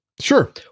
Sure